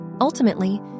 Ultimately